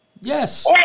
Yes